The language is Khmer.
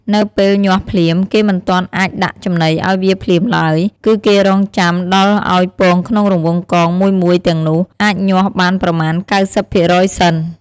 នៅពេលញាស់ភ្លាម គេមិនទាន់អាចដាក់ចំណីឱ្យវាភ្លាមឡើយ គឺគេរង់ចាំដល់ឱ្យពងក្នុងរង្វង់កងមួយៗទាំងនោះ អាចញាស់បានប្រមាណ៩០ភាគរយសិន។